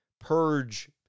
Purge